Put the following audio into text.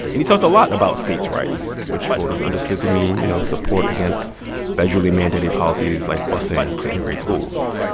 and he talked a lot about states' rights, which voters understood to mean, you know, support against federally mandated policies like busing to integrate schools.